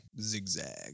zigzag